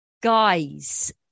Guys